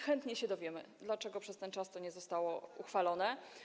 Chętnie się dowiemy, dlaczego przez ten czas to nie zostało uchwalone.